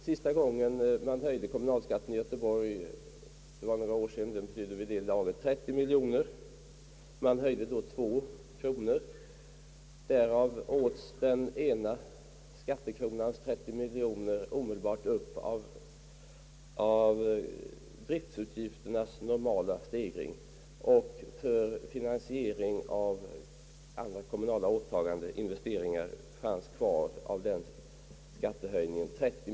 Sista gången kommunalskatten i Göteborg höjdes — det var för några år sedan — gav varje skattekrona 30 miljoner. Man höjde skatten med 2 kronor, men den ena skattekronan åts omedelbart upp av driftutgifternas normala stegring. För investeringar fanns det kvar 30 miljoner efter den skattehöjningen.